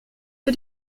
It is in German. für